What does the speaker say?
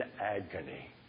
agony